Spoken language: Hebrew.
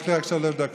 יש לי רק שלוש דקות.